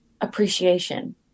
appreciation